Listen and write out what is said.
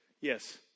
Yes